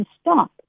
stop